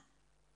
אנחנו